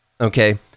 Okay